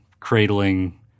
cradling